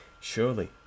surely